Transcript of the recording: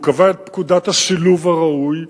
הוא קבע את פקודת השילוב הראוי,